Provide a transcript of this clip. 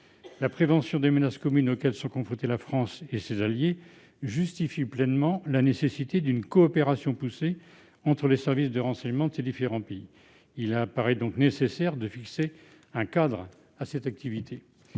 La prévention des menaces communes auxquelles sont confrontés la France et ses alliés justifie pleinement la nécessité d'une coopération poussée entre les services de renseignement de ces différents pays. Il apparaît donc nécessaire de fixer un cadre à cette activité.